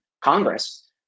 Congress